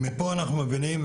מפה אנחנו מבינים,